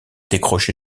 décroché